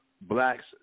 blacks